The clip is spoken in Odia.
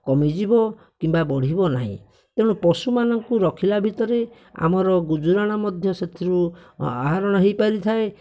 କମିଯିବ କିମ୍ବା ବଢ଼ିବ ନାହିଁ ତେଣୁ ପଶୁମାନଙ୍କୁ ରଖିଲା ଭିତରେ ଆମର ଗୁଜୁରାଣ ମଧ୍ୟ ସେଥିରୁ ଆହରଣ ହୋଇପାରିଥାଏ